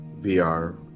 VR